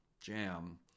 jam